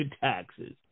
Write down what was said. taxes